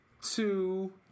two